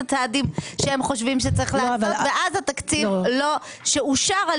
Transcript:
הצעדים שהם חושבים שצריך לעשות ואז התקציב שאושר על